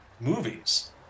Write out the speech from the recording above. movies